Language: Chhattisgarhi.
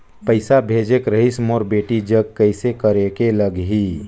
पइसा भेजेक रहिस मोर बेटी जग कइसे करेके लगही?